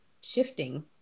shifting